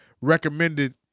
recommended